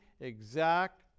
exact